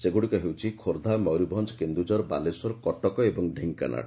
ସେଗୁଡ଼ିକ ହେଉଛି ଖୋର୍ଷା ମୟରଭଞ୍ଞ କେନ୍ଦୁଝର ବାଲେଶ୍ୱର କଟକ ଓ ଢେଙ୍କାନାଳ